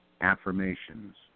affirmations